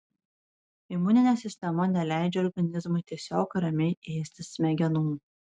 imuninė sistema neleidžia organizmui tiesiog ramiai ėsti smegenų